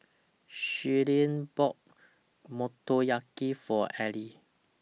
Shellie bought Motoyaki For Elie